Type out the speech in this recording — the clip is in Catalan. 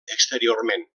exteriorment